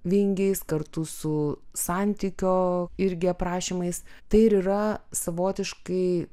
vingiais kartu su santykio irgi aprašymais tai ir yra savotiškai